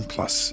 Plus